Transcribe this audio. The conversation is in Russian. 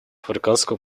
африканского